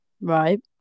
Right